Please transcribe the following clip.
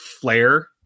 Flare